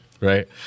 Right